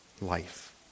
life